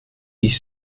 ich